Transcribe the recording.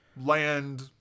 land